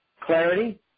Clarity